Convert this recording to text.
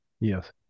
yes